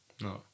No